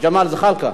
ג'מאל זחאלקה.